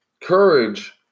Courage